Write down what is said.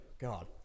God